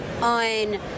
on